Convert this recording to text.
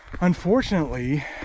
unfortunately